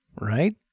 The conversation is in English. right